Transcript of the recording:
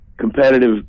competitive